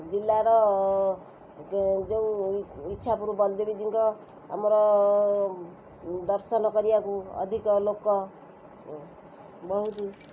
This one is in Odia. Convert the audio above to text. ଜିଲ୍ଲାର ଯେଉଁ ଇଚ୍ଛାପୁରୁ ବଳଦେବଜୀଉଙ୍କ ଆମର ଦର୍ଶନ କରିବାକୁ ଅଧିକ ଲୋକ ବହୁତ